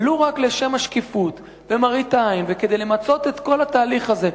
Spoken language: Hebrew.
ולו רק לשם השקיפות ומראית העין וכדי למצות את כל התהליך הזה,